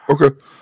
Okay